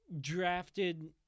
drafted